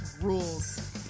rules